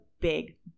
big